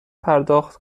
پرداخت